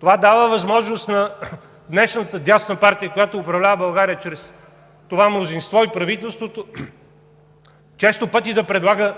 Това дава възможност на днешната дясна партия, която управлява България чрез това мнозинство, и правителството често пъти да предлага